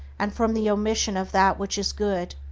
and from the omission of that which is good,